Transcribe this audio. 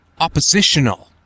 oppositional